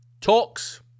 Talks